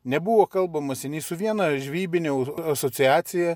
nebuvo kalbamasi nei su viena žvejybine asociacija